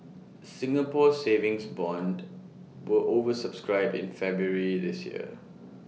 Singapore savings bonds were over subscribed in February this year